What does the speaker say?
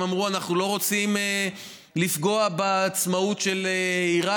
הם אמרו: אנחנו לא רוצים לפגוע בעצמאות של עיראק,